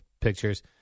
pictures